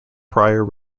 prior